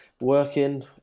working